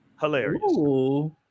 Hilarious